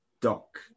dock